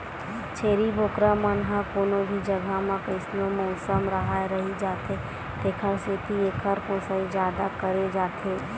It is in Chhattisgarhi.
छेरी बोकरा मन ह कोनो भी जघा म कइसनो मउसम राहय रहि जाथे तेखर सेती एकर पोसई जादा करे जाथे